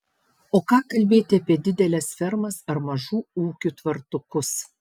o ką kalbėti apie dideles fermas ar mažų ūkių tvartukus